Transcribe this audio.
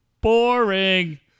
Boring